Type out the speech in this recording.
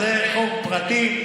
זה חוק פרטי,